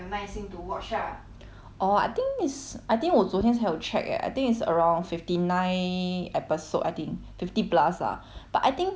orh I think is I think 我昨天才有 check eh I think is around fifty nine episode I think fifty plus ah but I think 他已经 update 到